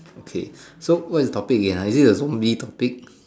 okay so what is the topic again is it there is so many topic